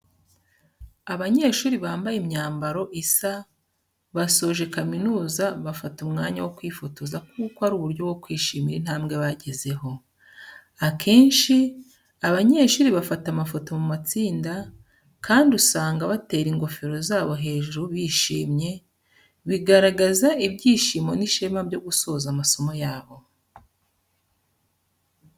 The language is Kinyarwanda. Abanyeshuri bambaye imyambaro isa basoje kaminuza bafata umwanya wo kwifotoza kuko ari uburyo bwo kwishimira intambwe bagezeho. Akenshi abanyeshuri bafata amafoto mu matsinda kandi usanga batera ingofero zabo hejuru bishimye, bigaragaza ibyishimo n'ishema byo gusoza amasomo yabo.